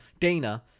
Dana